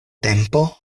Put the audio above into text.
tempo